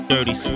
Dirty